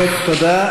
טוב, תודה.